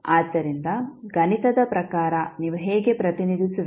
ಆದ್ದರಿಂದ ಗಣಿತದ ಪ್ರಕಾರ ನೀವು ಹೇಗೆ ಪ್ರತಿನಿಧಿಸುವಿರಿ